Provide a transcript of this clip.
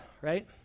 right